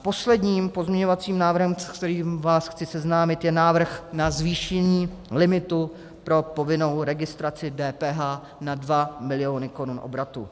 Posledním pozměňovacím návrhem, se kterým vás chci seznámit, je návrh na zvýšení limitu pro povinnou registraci DPH na 2 miliony korun obratu.